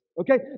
Okay